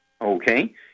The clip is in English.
Okay